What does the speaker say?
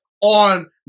on